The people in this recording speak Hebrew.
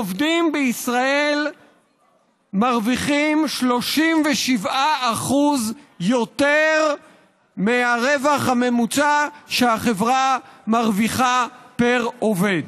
עובדים בישראל מרוויחים 37% יותר מהרווח הממוצע שהחברה מרוויחה פר-עובד,